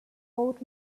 old